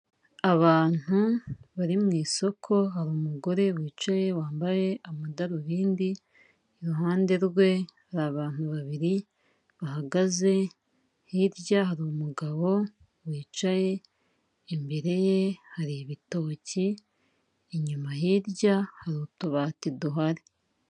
Abantu bari mu isoko, hari umugore wicaye, wambaye amadarubindi, iruhande rwe hari abantu babiri bahagaze, hirya hari umugabo wicaye, imbere ye hari ibitoki, inyuma hirya hari utubati duhari.